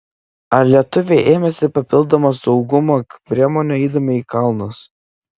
ar lietuviai ėmėsi papildomų saugumo priemonių eidami į kalnus